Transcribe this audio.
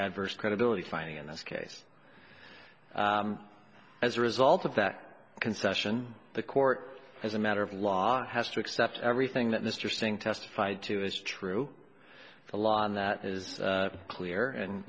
adverse credibility finding in this case as a result of that concession the court as a matter of law has to accept everything that mr singh testified to is true the law and that is clear and